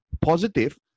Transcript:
positive